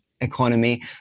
economy